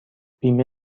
بیمه